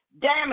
damage